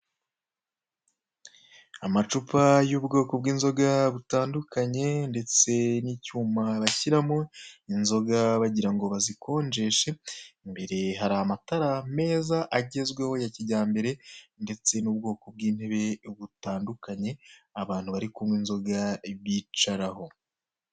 Amacupa y'ubwoko bw'inzoga butandukanye ndetse n'icyuma bashyiramo inzoga bagira ngo bazikonjeshe imbere hari amatara meza agezweho ya kijyambere, ndetse n'ubwoko bw'intebe butandukanye, abantu bari kunywa inzoga bicaraho.